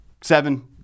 Seven